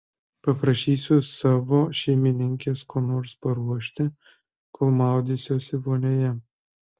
paprašysiu savo šeimininkės ko nors paruošti kol maudysiuosi vonioje